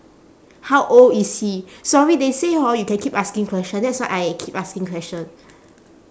how old is he sorry they say hor you can keep asking question that's why I keep asking question